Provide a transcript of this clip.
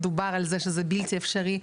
דובר על זה שזה בלתי אפשרי,